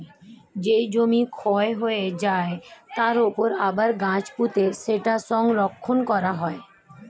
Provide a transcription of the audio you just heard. যেই জমি ক্ষয় হয়ে যায়, তার উপর আবার গাছ পুঁতে সেটা সংরক্ষণ করা হয়